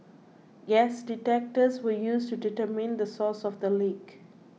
gas detectors were used to determine the source of the leak